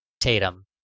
Tatum